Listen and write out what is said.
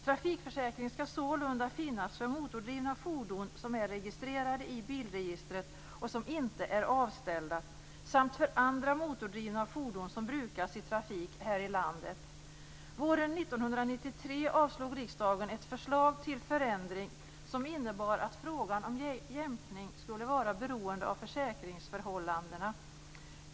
Trafikförsäkring skall sålunda finnas för motordrivna fordon som är registrerade i bilregistret och som inte är avställda samt för andra motordrivna fordon som brukas i trafik här i landet. Våren 1993 avslog riksdagen ett förslag till förändring som innebar att frågan om jämkning skulle vara beroende av försäkringsförhållandena.